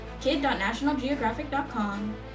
kid.nationalgeographic.com